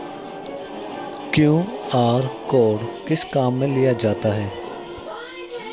QR code किस किस काम में लिया जाता है?